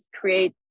create